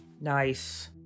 Nice